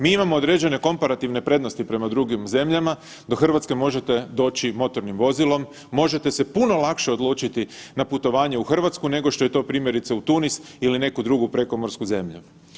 Mi imamo određene komparativne prednosti prema drugim zemljama, dok Hrvatske možete doći motornim vozilom, možete se puno lakše odlučiti na putovanje u Hrvatsku nego što je to primjerice u Tunis ili neku drugu preokomorsku zemlju.